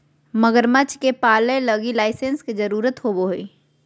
मगरमच्छ के पालय लगी लाइसेंस के जरुरत होवो हइ